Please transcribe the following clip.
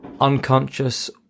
unconscious